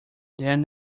then